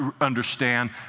understand